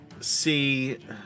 see